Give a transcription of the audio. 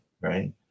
right